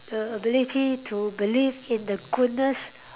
the ability to believe in the goodness